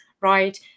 right